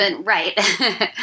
Right